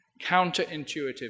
counterintuitive